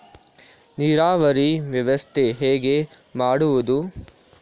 ನೀರಾವರಿ ವ್ಯವಸ್ಥೆ ಹೇಗೆ ಮಾಡುವುದು?